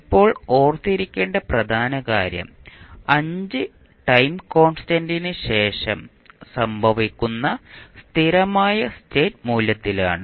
ഇപ്പോൾ ഓർത്തിരിക്കേണ്ട പ്രധാന കാര്യം 5 ടൈം കോൺസ്റ്റന്റ്ന് ശേഷം സംഭവിക്കുന്ന സ്ഥിരമായ സ്റ്റേറ്റ് മൂല്യത്തിലാണ്